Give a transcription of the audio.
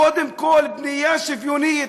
קודם כול בנייה שוויונית,